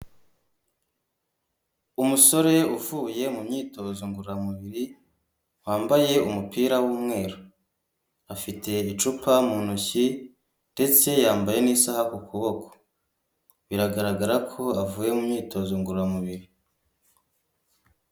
Umusore uvuye mu myitozo ngororamubiri wambaye umupira w'umweru afite icupa mu ntoki ndetse yambaye n'isaha Ku kuboko, biragaragara ko avuye mu myitozo ngororamubiri.